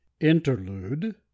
Interlude